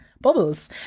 bubbles